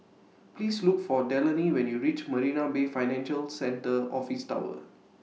Please Look For Delaney when YOU REACH Marina Bay Financial Centre Office Tower